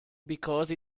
because